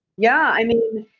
yeah. i mean,